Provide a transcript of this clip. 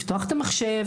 לפתוח את המחשב,